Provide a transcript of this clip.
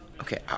Okay